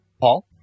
Paul